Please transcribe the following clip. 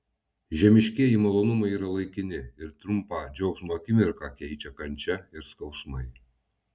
žemiškieji malonumai yra laikini ir trumpą džiaugsmo akimirką keičia kančia ir skausmai